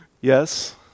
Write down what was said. Yes